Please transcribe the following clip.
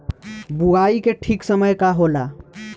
बुआई के ठीक समय का होला?